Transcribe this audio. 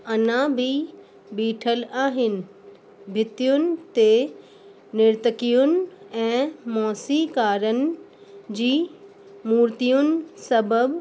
अञा बि बीठल आहिनि भितियुनि ते निर्तकियुनि ऐं मोसीकारनि जी मूर्तियुनि सबबि